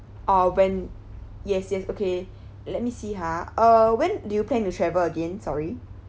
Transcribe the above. or when yes yes okay let me see ha uh when do you plan to travel again sorry